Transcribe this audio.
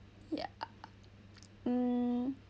yeah mm